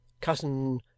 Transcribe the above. Cousin